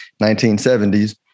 1970s